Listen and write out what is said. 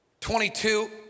22